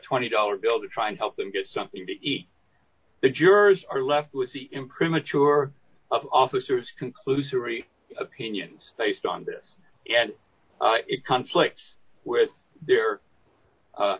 twenty dollars bill to try and help them get something to eat the jurors are left with see him premature of officers conclusory opinions based on this and it conflicts with their